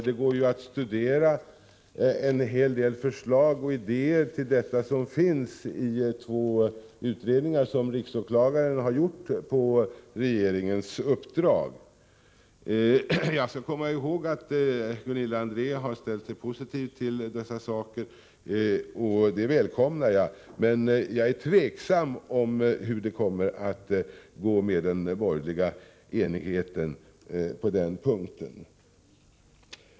Det går att studera en hel del förslag och idéer i två utredningar som riksåklagaren har gjort på regeringens uppdrag. Jag skall komma ihåg att Gunilla André har ställt sig positiv till dessa saker, och det välkomnar jag. Men jag undrar hur det kommer att gå med den borgerliga enigheten på den punkten.